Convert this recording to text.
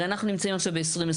הרי אנחנו נמצאים עכשיו ב-2023.